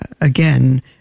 again